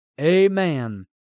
Amen